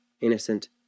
innocent